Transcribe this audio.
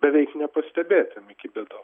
beveik nepastebėtiem iki bėdo